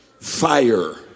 Fire